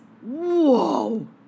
Whoa